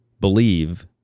believe